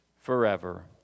forever